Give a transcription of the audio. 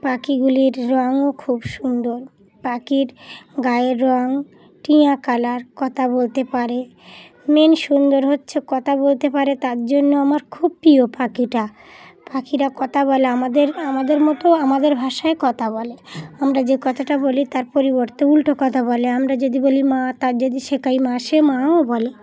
পাখিগুলির রঙও খুব সুন্দর পাখির গায়ের রঙ টিঁয়া কালার কথা বলতে পারে মেন সুন্দর হচ্ছে কথা বলতে পারে তার জন্য আমার খুব প্রিয় পাখিটা পাখিরা কথা বলে আমাদের আমাদের মতো আমাদের ভাষায় কথা বলে আমরা যে কথাটা বলি তার পরিবর্তে উল্টো কথা বলে আমরা যদি বলি মা তার যদি শেখাই মা সে মাও বলে